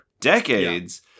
decades